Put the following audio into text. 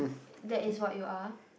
that is what you are